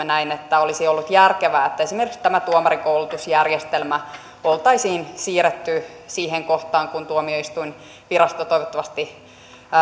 näin että olisi ollut järkevää että esimerkiksi tämä tuomarikoulutusjärjestelmä oltaisiin siirretty siihen kohtaan kun tuomioistuinvirasto toivottavasti